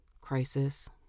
crisis